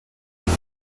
with